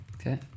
Okay